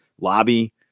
lobby